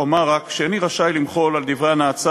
אומר רק שאיני רשאי למחול על דברי הנאצה